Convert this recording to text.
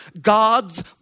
God's